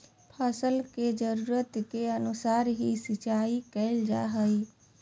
फसल के जरुरत के अनुसार ही सिंचाई करल जा हय